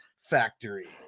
factory